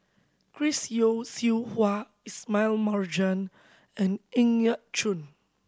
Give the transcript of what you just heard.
Chris Yeo Siew Hua Ismail Marjan and Ng Yat Chuan